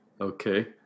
Okay